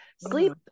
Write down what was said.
Sleep